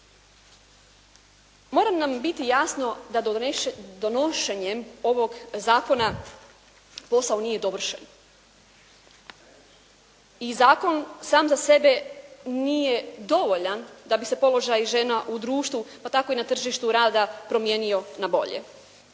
Mora nam biti jasno da donošenjem ovog zakona posao nije dovršen i zakon sam za sebe nije dovoljan da bi se položaj žena u društvu pa tako i na tržištu rada promijenio na bolje.